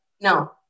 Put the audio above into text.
no